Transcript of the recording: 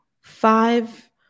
five